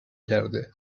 کرده